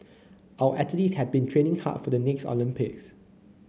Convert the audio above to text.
our athletes have been training hard for the next Olympics